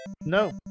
no